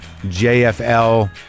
JFL